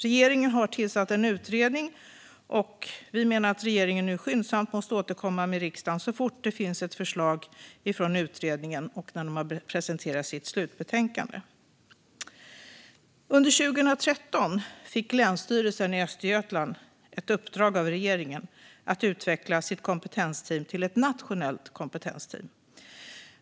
Regeringen har tillsatt en utredning, och vi menar att regeringen nu skyndsamt måste återkomma till riksdagen så fort det finns ett förslag från utredningen och när den har presenterat sitt slutbetänkande. Under 2013 fick Länsstyrelsen i Östergötland ett uppdrag av regeringen att utveckla sitt kompetensteam till ett nationellt kompetensteam.